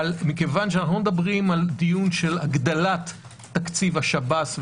אבל כיוון שאנו לא מדברים על דיון של הגדלת תקציב השב"ס,